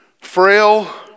Frail